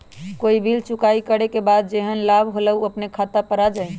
कोई बिल चुकाई करे के बाद जेहन लाभ होल उ अपने खाता पर आ जाई?